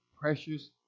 precious